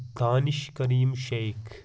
Danish Karim Sheikh